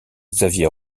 xavier